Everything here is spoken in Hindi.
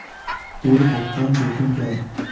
पूर्व भुगतान जोखिम क्या हैं?